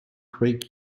craig